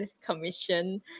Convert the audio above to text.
commission